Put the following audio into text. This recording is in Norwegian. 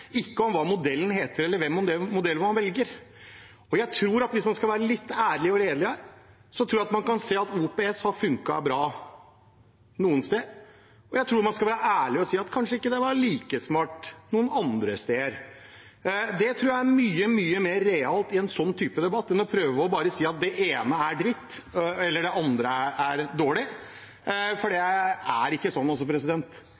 ikke hva modellen heter, eller hvilken modell man velger. Hvis man skal være litt ærlig og redelig her, tror jeg man kan se at OPS har funket bra noen steder, og jeg tror man skal være ærlig og si at det kanskje ikke var like smart noen andre steder. Det tror jeg er mye mer realt i en sånn type debatt enn å prøve å si at det ene er dritt, eller at det andre er dårlig. For det